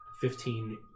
Fifteen